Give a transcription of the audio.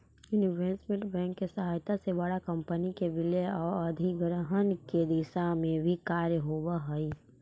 investment bank के सहायता से बड़ा कंपनी के विलय आउ अधिग्रहण के दिशा में भी कार्य होवऽ हइ